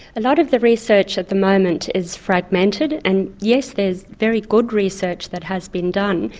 a lot of the research at the moment is fragmented, and yes, there's very good research that has been done,